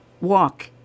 walk